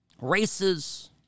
races